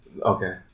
Okay